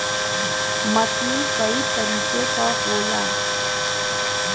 मसीन कई तरीके क होला